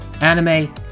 anime